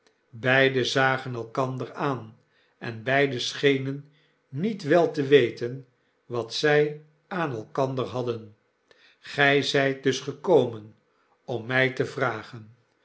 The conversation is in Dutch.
beiden zagen elkander aan en beiden schenen niet wel te weten wat zy aan elkander hadden gy zyt dus gekomen om my te vragen